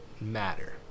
matter